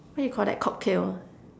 what do you Call that cocktail ah